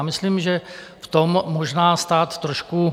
Myslím, že v tom možná stát trošku...